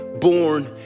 born